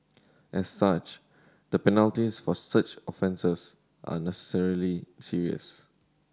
as such the penalties for such offences are necessarily serious